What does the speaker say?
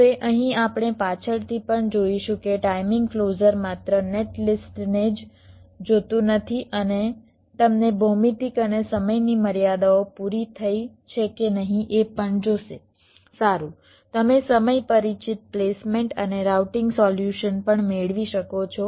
હવે અહીં આપણે પાછળથી પણ જોઈશું કે ટાઇમિંગ ક્લોઝર માત્ર નેટલિસ્ટને જ જોતું નથી અને તમને ભૌમિતિક અને સમયની મર્યાદાઓ પૂરી થઈ છે કે નહીં એ પણ જોશે સારું તમે સમય પરિચિત પ્લેસમેન્ટ અને રાઉટીંગ સોલ્યુશન્સ પણ મેળવી શકો છો